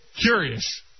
Curious